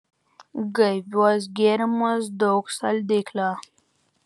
gaiviuos gėrimuos daug saldiklio